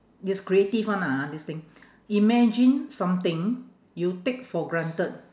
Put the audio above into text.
it's creative one lah ah this thing imagine something you take for granted